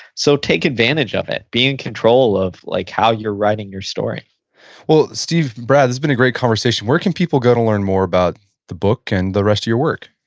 so, take advantage of it. be in control of like how you're writing your story well, steve and brad, it's been a great conversation. where can people go to learn more about the book and the rest of your work?